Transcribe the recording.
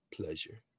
pleasure